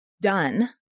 done